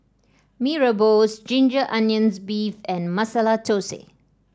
Mee Rebus Ginger Onions beef and Masala Thosai